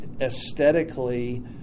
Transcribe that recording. aesthetically